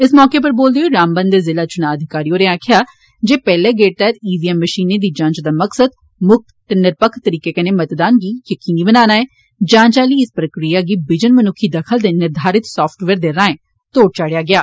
इस मौके बोलदे होई रामबन दे जिला च्नां अधिकारी होरें आखेआ जे पैहले गेड़ तैहत ईवीएम मशीनें दी जांच दा मकसद मुक्त ते निरपक्ख तरीके कन्नै मतदान गी यकीनी बनाना ऐ जांच आहली इस प्रक्रिया गी बिजन मन्क्खी दखल दे निर्धारित साफ्टवेयर दे राएं तोढ़ चाढ़ेआ गेआ